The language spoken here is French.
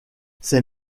ses